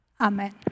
Amen